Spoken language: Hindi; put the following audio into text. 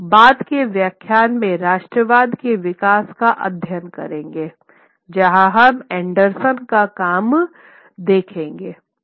हम बाद के व्याख्यान में राष्ट्रवाद के विकास का अध्ययन करेंगे जहां हम एंडर्सन का काम देखेंगे